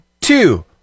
two